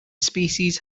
species